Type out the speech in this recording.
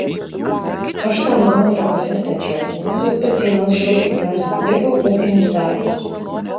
aš tą namą trakuose stačiau visus baseinus rūkyklas dirbau ūkinius darbus